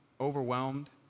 overwhelmed